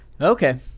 okay